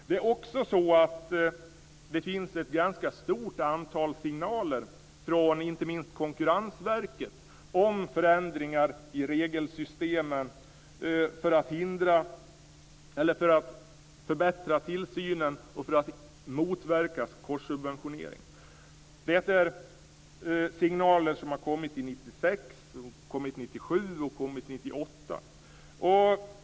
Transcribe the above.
Det finns också ett ganska stort antal signaler från inte minst Konkurrensverket om förändringar i regelsystemen för att förbättra tillsynen och för att motverka korssubventionering. Dessa signaler har kommit 1996, 1997 och 1998.